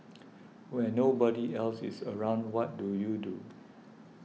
when nobody else is around what do you do